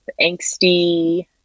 angsty